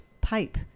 pipe